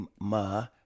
Ma